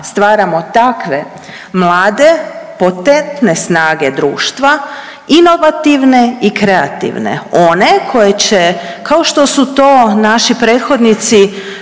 stvaramo takve mlade, potentne snage društva, inovativne i kreativne, one koji će kao što su to naši prethodnici